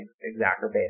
exacerbated